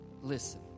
Listen